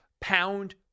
pound